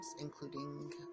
including